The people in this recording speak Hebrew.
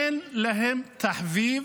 אין תחביב